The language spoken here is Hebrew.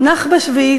נח בשביעית,